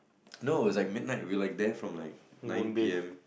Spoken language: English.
no it was like midnight we were like there from like nine P_M